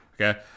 Okay